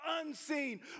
unseen